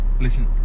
listen